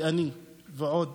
אני ועוד